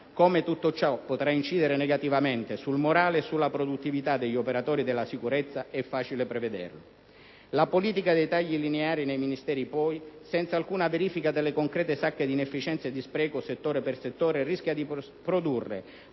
Come tutto ciò potrà incidere negativamente sul morale e sulla produttività degli operatori della sicurezza è facile prevederlo. La politica dei tagli lineari nei Ministeri, poi, senza alcuna verifica delle concrete sacche di inefficienza e di spreco settore per settore, rischia di produrre,